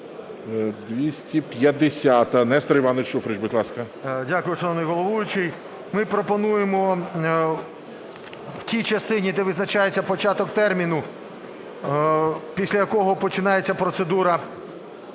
Дякую, шановний головуючий. Ми пропонуємо в тій частині, де визначається початок терміну, після якого починається процедура